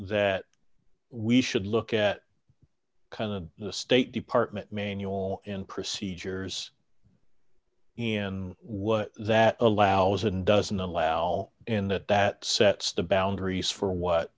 that we should look at kind of the state department manual and procedures and what that allows and doesn't allow and that that sets the boundaries for what